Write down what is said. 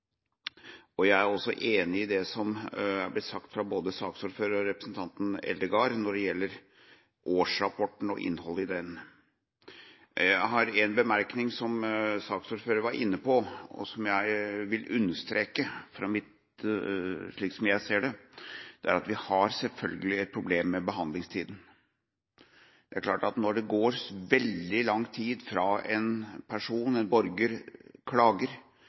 Jeg er også enig i det som ble sagt fra både saksordføreren og representanten Eldegard når det gjelder årsrapporten og innholdet i den. Jeg har en bemerkning til noe saksordføreren var inne på, slik som jeg ser det, og som jeg vil understreke. Det er at vi selvfølgelig har et problem med behandlingstida. Det er klart at når det går veldig lang tid fra en person, en borger, klager,